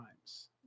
times